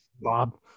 Bob